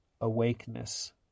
awakeness